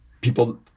people